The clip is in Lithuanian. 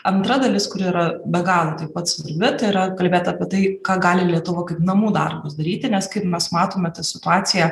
antra dalis kuri yra be galo taip pat svarbi tai yra kalbėt apie tai ką gali lietuva kaip namų darbus daryti nes kaip mes matome tą situaciją